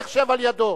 לך שב על ידו,